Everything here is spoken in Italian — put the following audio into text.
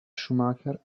schumacher